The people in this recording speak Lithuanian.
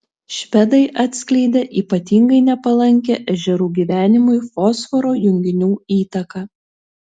švedai atskleidė ypatingai nepalankią ežerų gyvenimui fosforo junginių įtaką